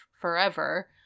forever